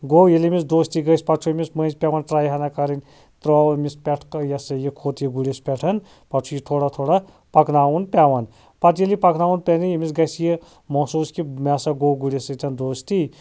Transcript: گوٚو ییٚلہِ أمِس دوستی گَژھِ پَتہٕ چھُ أمِس مٔنٛزۍ پٮ۪وان ٹرٛے ہنا کَرٕنۍ ترٛوو أمِس پٮ۪ٹھ یہِ ہَسا یہِ کھوٚت یہِ گُرِ پٮ۪ٹھ پَتہٕ چھُ یہِ تھوڑا تھوڑا پَکناوُن پٮ۪وان پَتہٕ ییٚلہِ یہِ پَکناوُن پیٚیہِ أمِس گَژھِ یہِ محسوٗس مےٚ ہَسا گوٚو گُرِ سۭتٮ۪ن دوستی